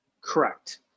Correct